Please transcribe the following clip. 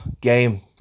game